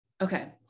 Okay